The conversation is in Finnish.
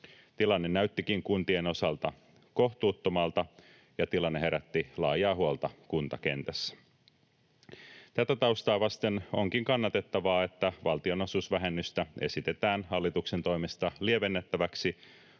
Tilanne näyttikin kuntien osalta kohtuuttomalta, ja tilanne herätti laajaa huolta kuntakentässä. Tätä taustaa vasten onkin kannatettavaa, että valtionosuusvähennystä esitetään hallituksen toimesta lievennettäväksi